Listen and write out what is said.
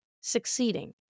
succeeding